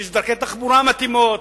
שיש דרכי תחבורה מתאימות,